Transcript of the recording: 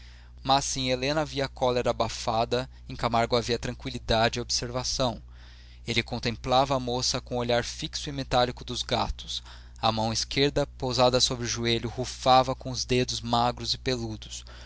mas se em helena havia cólera abafada em camargo havia tranqüilidade e observação ele contemplava a moça com o olhar fixo e metálico dos gatos a mão esquerda pousada sobre o joelho rufava com os dedos magros e peludos